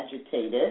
agitated